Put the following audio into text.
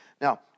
Now